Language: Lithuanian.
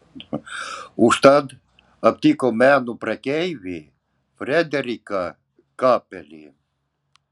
užtat aptiko meno prekeivį frederiką kapelį